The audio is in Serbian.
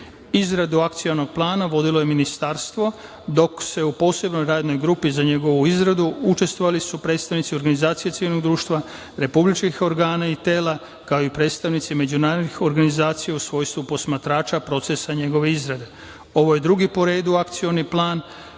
Izradu Akcionog plana vodilo je ministarstvo, dok u posebnoj radnoj grupi za njegovu izradu učestvovali su predstavnici organizacije civilnog društva republičkih organa i tela, kao i predstavnici međunarodnih organizacija u svojstvu posmatrača procesa njegove izrade. Ovo je drugi po redu Akcioni plan